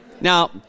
Now